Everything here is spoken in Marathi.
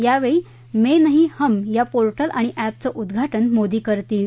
यावेळी मे नही हम या पोर्टल आणि अप्रिं उद्घाटन मोदी करतील